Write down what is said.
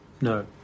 No